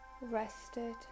rested